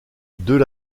deux